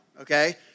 Okay